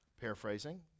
Paraphrasing